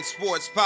Sports